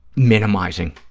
minimizing